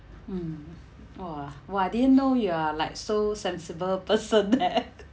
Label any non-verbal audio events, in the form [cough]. mm !wah! !wah! didn't know you're like so sensible person eh [laughs]